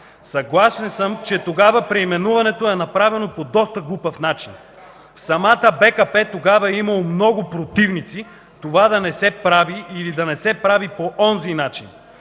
Съгласен съм, че тогава преименуването е направено по доста глупав начин. В самата БКП тогава е имало много противници това да не се прави или да не се прави по онзи начин.